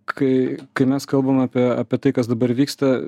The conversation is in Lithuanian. kai kai mes kalbam apie apie tai kas dabar vyksta